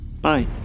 Bye